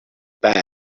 bad